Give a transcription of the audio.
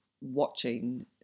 watching